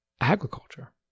agriculture